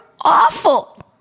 awful